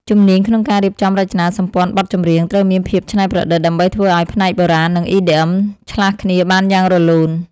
ជំនាញក្នុងការរៀបចំរចនាសម្ព័ន្ធបទចម្រៀង ត្រូវមានភាពច្នៃប្រឌិត ដើម្បីធ្វើឱ្យផ្នែកបុរាណ និង EDM ឆ្លាស់គ្នាបានយ៉ាងរលូន។